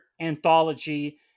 anthology